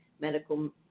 medical